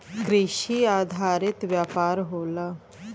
कृषि आधारित व्यापार होला